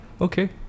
okay